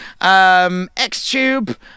Xtube